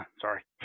Sorry